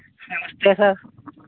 क्या सर